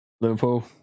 Liverpool